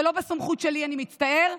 זה לא בסמכות שלי, אני מצטער.